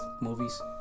movies